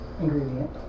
ingredient